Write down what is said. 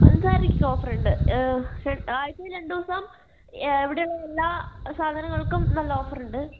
പഞ്ചസാരയ്ക്ക് offer ഉണ്ട് ആഴ്ച്ചയിൽ രണ്ടു ദിവസം ഇവിടെയുള്ള എല്ലാ സാധനങ്ങൾക്കും നല്ല ഓഫർ ഉണ്ട്